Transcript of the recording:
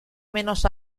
menos